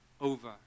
over